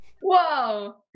Whoa